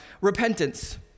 repentance